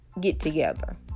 get-together